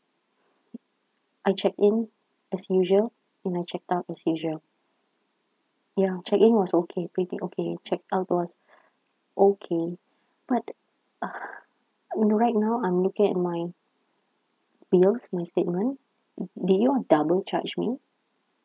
I checked in as usual and I checked out as usual ya check in was okay everything okay check out was okay but you know right now I'm looking at my bills my statement did you all double charge me